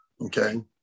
okay